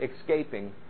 escaping